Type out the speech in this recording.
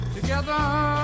Together